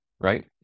Right